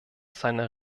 seiner